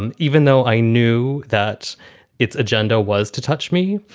and even though i knew that its agenda was to touch me.